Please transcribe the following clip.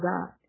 God